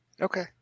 Okay